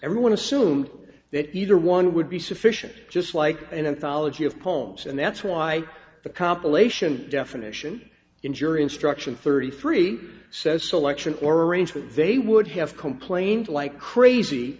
everyone assumed that either one would be sufficient just like an anthology of poems and that's why the compilation definition in jury instruction thirty three says selection or arrange with they would have complained like crazy